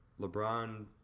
LeBron